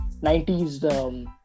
90s